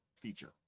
feature